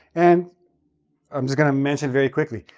and i'm just going to mention very quickly.